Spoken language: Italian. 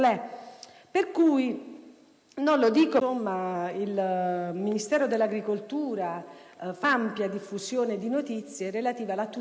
Lo dico anche perché il Ministero dell'agricoltura fa un'ampia diffusione di notizie relative alla tutela di questi prodotti.